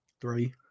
Three